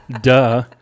Duh